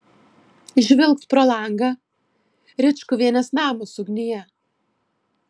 žvilgt pro langą ričkuvienės namas ugnyje